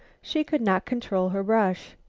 she could not control her brush.